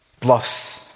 plus